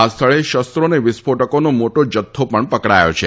આ સ્થળે શસ્ત્રો અને વિસ્ફોટકોનો મોટો જથ્થો પણ પકડાયો છે